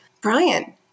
Brian